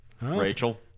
Rachel